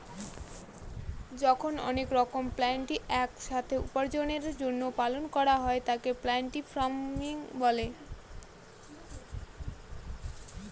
যখন অনেক রকমের পোল্ট্রি এক সাথে উপার্জনের জন্য পালন করা হয় তাকে পোল্ট্রি ফার্মিং বলে